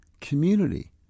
community